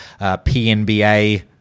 PNBA